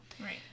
Right